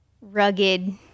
rugged